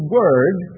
word